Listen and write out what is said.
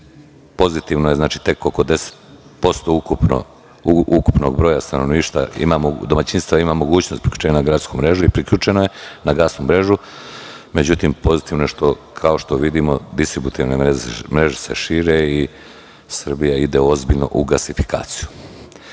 Pozitivno je tek oko 10% ukupnog broja stanovništva, ima mogućnost priključenja na gradsku mrežu i priključeno je na gradsku mrežu. Međutim, pozitivno je što, kao što vidimo, distributivne mreže se šire i Srbija ide ozbiljno u gasifikaciju. Cene